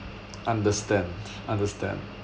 understand understand